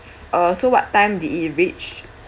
uh so what time did it reach